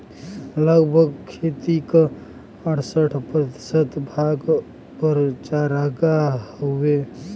लगभग खेती क अड़सठ प्रतिशत भाग पर चारागाह हउवे